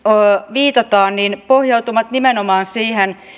viitataan pohjautuvat nimenomaan siihen